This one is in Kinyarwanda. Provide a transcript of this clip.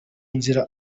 nzira